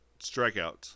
strikeouts